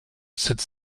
sept